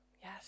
Yes